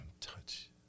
touch